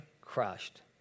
crushed